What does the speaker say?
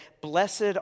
blessed